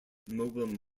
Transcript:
mobile